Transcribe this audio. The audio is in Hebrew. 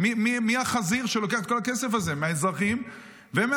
מי החזיר שלוקח את כל הכסף הזה מהאזרחים ומהחקלאים.